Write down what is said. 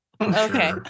okay